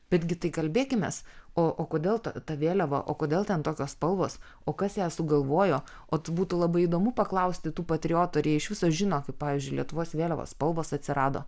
betgi tai kalbėkimės o o kodėl ta ta vėliava o kodėl ten tokios spalvos o kas ją sugalvojo o tai būtų labai įdomu paklausti tų patriotų ar jie iš viso žino kaip pavyzdžiui lietuvos vėliavos spalvos atsirado